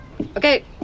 Okay